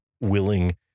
willing